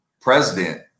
president